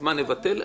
אז מה, נבטל?